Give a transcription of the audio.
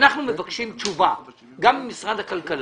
אנחנו מבקשים תשובה גם ממשרד הכלכלה,